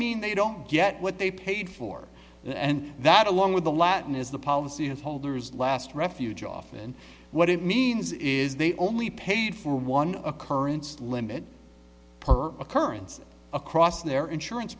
mean they don't get what they paid for and that along with the latin is the policy of holder's last refuge often what it means is they only paid for one occurence limit per occurrence across their insurance